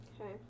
Okay